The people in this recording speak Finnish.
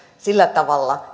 sillä tavalla